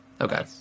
okay